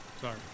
Sorry